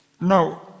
Now